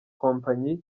kompanyi